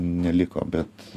neliko bet